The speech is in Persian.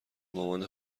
مامان